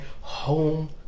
Home